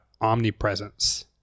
omnipresence